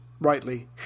rightly